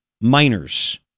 minors